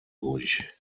durch